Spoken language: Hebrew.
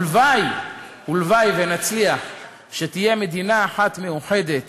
ולוואי ולוואי שנצליח שתהיה מדינה אחת מאוחדת